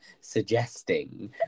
suggesting